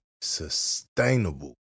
sustainable